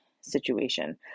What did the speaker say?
situation